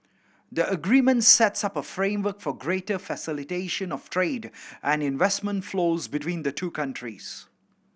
the agreement sets up a framework for greater facilitation of trade and investment flows between the two countries